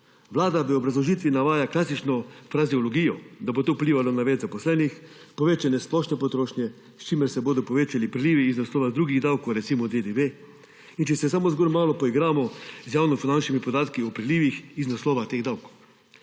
Vlada v obrazložitvi navaja klasično frazeologijo, da bo to vplivalo na več zaposlenih, povečanje splošne potrošnje, s čimer se bodo povečali prilivi iz naslova drugih davkov, recimo DDV. Če se samo zgolj malo poigramo z javnofinančnimi podatki o prilivih iz naslova teh davkov,